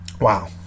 Wow